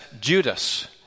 Judas